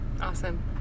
Awesome